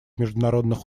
международных